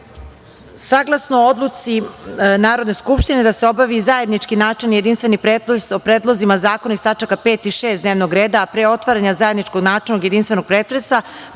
odluci Narodne skupštine da se obavi zajednički načelni i jedinstveni pretres o predlozima zakona iz tač. 5) i 6) dnevnog reda, a pre otvaranja zajedničkog načelnog i jedinstvenog pretresa,